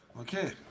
Okay